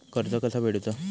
कर्ज कसा फेडुचा?